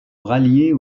rallier